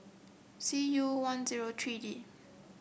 C U one zero three D